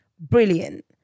brilliant